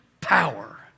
power